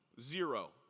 zero